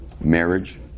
marriage